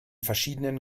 verschiedenen